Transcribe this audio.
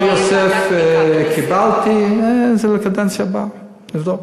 אני אשמח שתהיה ועדת בדיקה בנושא.